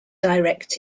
direct